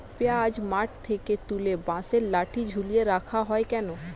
পিঁয়াজ মাঠ থেকে তুলে বাঁশের লাঠি ঝুলিয়ে রাখা হয় কেন?